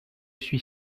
suis